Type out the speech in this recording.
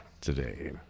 today